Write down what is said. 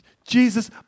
Jesus